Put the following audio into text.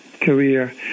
career